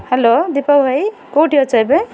hello Deepak ଭାଇ କେଉଁଠି ଅଛେ ଏବେ